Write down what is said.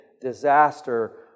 disaster